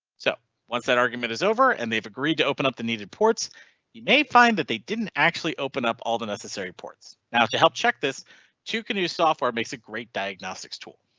so once that argument is over and they've agreed to open up the needed ports you may find that they didn't actually open up all the necessary ports now to help check this two canoes software makes it great diagnostics tool.